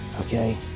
okay